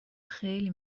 خیلی